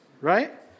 right